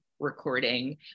recording